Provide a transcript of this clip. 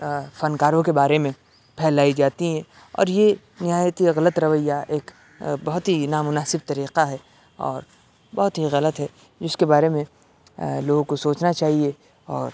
فنکاروں کے بارے میں پھیلائی جاتی ہیں اور یہ نہایت ہی غلط رویہ ایک بہت ہی نامناسب طریقہ ہے اور بہت ہی غلط ہے جس کے بارے میں لوگوں کو سوچنا چاہیے اور